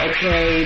Okay